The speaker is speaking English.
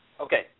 Okay